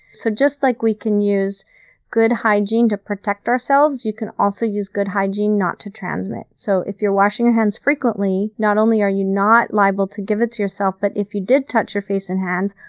so just like we can use good hygiene to protect ourselves, you can also use good hygiene not to transmit. so if you're washing your hands frequently, not only are you not liable to give it to yourself, but if you did touch your face and hands,